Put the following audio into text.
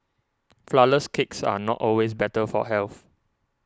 Flourless Cakes are not always better for health